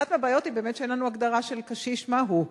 אחת מהבעיות היא באמת שאין לנו הגדרה של קשיש מהו,